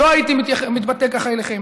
לא הייתי מתבטא כך עליכם,